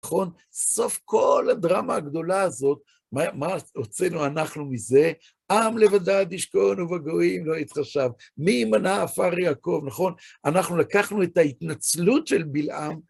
נכון? סוף כל הדרמה הגדולה הזאת, מה הוצאנו אנחנו מזה? עם לבדד ישכון ובגויים לא התחשב, מי מנע עפר יעקב, נכון? אנחנו לקחנו את ההתנצלות של בלעם.